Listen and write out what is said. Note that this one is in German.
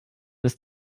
ist